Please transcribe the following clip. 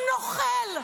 נוכל.